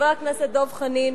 חבר הכנסת דב חנין